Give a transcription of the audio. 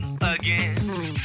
again